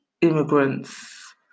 immigrants